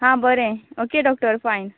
हां बरें okay doctor fine